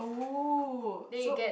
oh so